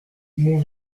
mon